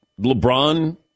LeBron